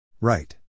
Right